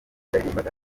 yaririmbaga